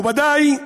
מכובדיי,